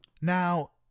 now